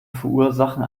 verursachen